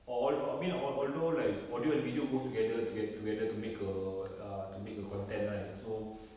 al~ al~ al~ I mean al~ although like audio and video goes together toge~ together to make a err uh to make a content right so